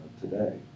today